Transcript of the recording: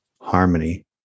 harmony